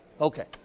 Okay